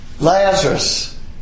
Lazarus